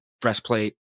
breastplate